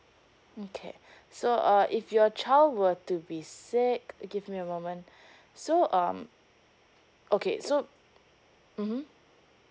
okay so uh if your child were to be sick give me a moment so um okay so mmhmm